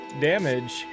damage